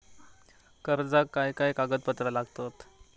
कर्जाक काय काय कागदपत्रा लागतत?